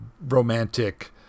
romantic